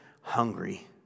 hungry